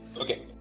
Okay